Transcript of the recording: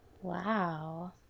Wow